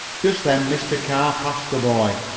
just then mr. carr passed the boy.